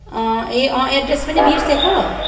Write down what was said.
ए अँ एड्रेस पनि बिर्सेको